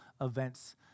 events